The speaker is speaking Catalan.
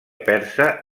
persa